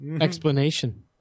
explanation